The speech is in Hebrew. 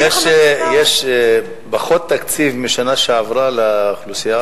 יש פחות תקציב מהשנה שעברה לאוכלוסייה,